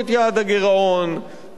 הוא לא חייב להיות 2%,